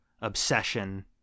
obsession